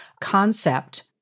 concept